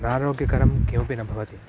अनारोग्यकरं किमपि न भवति